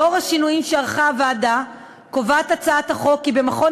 לאור השינויים שערכה הוועדה קובעת הצעת החוק כי במכון